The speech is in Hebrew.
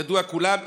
ידוע לכולם,